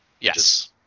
Yes